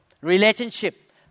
relationship